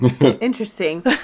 Interesting